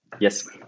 yes